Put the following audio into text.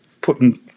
putting